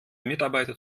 mitarbeiter